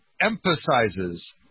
emphasizes